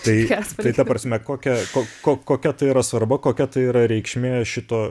tai tai ta prasme kokia ko kokia tai yra svarba kokia tai yra reikšmė šito